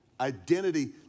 Identity